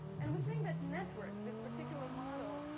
and we think that networks, this particular model,